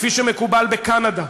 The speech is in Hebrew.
כפי שמקובל בקנדה,